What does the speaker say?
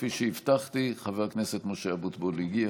כפי שהבטחתי, חבר הכנסת משה אבוטבול הגיע.